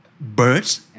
Birds